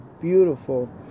beautiful